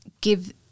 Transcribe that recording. give